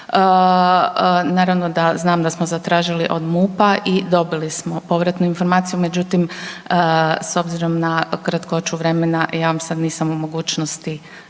naravno da znam da smo zatražili od MUP-a i dobili smo povratnu informaciju međutim, s obzirom na kratkoću vremena, ja vam sad nisam u mogućnosti